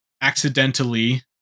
accidentally